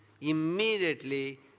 immediately